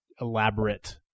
elaborate